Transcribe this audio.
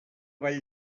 vall